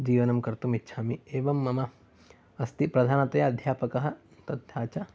जीवनं कर्तुम् इच्छामि एवं मम अस्ति प्रधानतया अध्यापकः तथा च